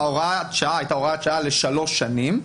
הייתה הוראת שעה לשלוש שנים,